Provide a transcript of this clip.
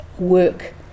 work